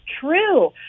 true